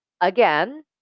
Again